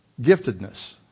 giftedness